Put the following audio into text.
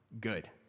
good